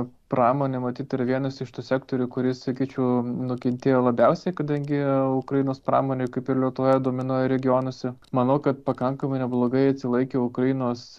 pramonė matyt yra vienas iš tų sektorių kuris sakyčiau nukentėjo labiausiai kadangi ukrainos pramonė kaip ir lietuvoje dominuoja regionuose manau kad pakankamai neblogai atsilaikė ukrainos